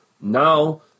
now